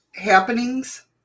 happenings